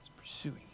pursuing